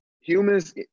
Humans